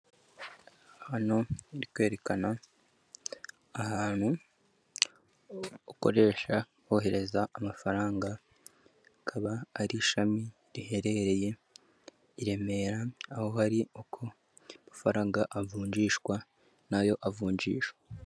Hano bari kwerekana ahantu ukoresha wohereza amafaranga, akaba ari ishami riherereye i Remera, aho hari uko amafaranga avunjishwa n'ayo avunjisha.